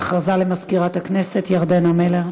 הודעה למזכירת הכנסת ירדנה מלר,